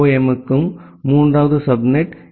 M க்கும் மூன்றாவது subnet இ